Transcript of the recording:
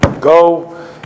go